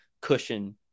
cushion